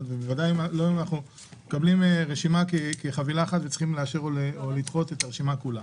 בוודאי לא שאנחנו מקבלים רשימה וצריכים לאשר או לדחות את הרשימה כולה.